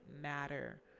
matter